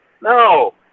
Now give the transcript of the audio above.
No